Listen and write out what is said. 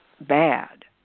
bad